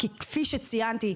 כי כפי שציינתי,